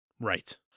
Right